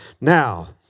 Now